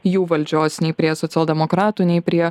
jų valdžios nei prie socialdemokratų nei prie